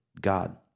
God